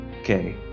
Okay